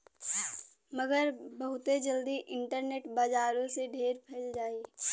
मगर बहुते जल्दी इन्टरनेट बजारो से ढेर फैल जाई